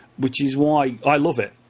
which is why i love it.